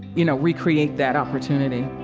you know, recreate that opportunity